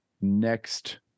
next